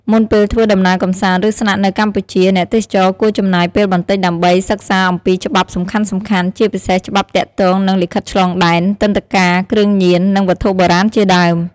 មុនពេលធ្វើដំណើរកម្សាន្ត ឬស្នាក់នៅកម្ពុជា អ្នកទេសចរគួរចំណាយពេលបន្តិចដើម្បីសិក្សាអំពីច្បាប់សំខាន់ៗ ជាពិសេសច្បាប់ទាក់ទងនឹងលិខិតឆ្លងដែន ទិដ្ឋាការ គ្រឿងញៀន និងវត្ថុបុរាណជាដើម។